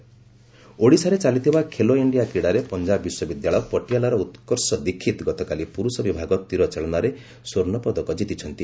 Khelo India ଓଡ଼ିଶାରେ ଚାଲିଥିବା Khelo India କ୍ରୀଡ଼ାରେ ପଞ୍ଜାବ ବିଶ୍ୱବିଦ୍ୟାଳୟ ପଟିଆଲାର ଉତ୍କର୍ଷ ଦୀକ୍ଷିତ ଗତକାଲି ପୁରୁଷ ବିଭାଗ ତୀରଚାଳନାରେ ସ୍ପର୍ଣ୍ଣ ପଦକ ଜିତିଛନ୍ତି